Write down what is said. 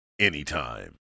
anytime